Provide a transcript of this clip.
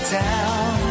down